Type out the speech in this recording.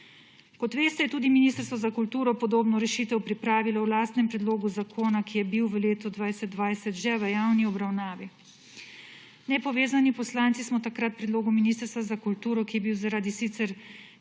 Kot veste, je tudi Ministrstvo za kulturo podobno rešitev pripravilo v lastnem predlogu zakona, ki je bil v letu 2020 že v javni obravnavi. Nepovezani poslanci smo takrat predlogu Ministrstva za kulturo, ki je bil sicer